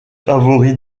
favori